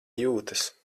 jūtas